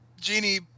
genie